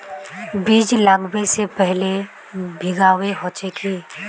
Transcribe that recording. बीज लागबे से पहले भींगावे होचे की?